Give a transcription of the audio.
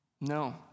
No